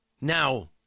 Now